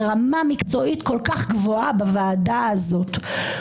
שהיא ברמה מקצועית כל כך גבוהה בוועדה הזאת.